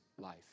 life